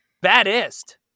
Baddest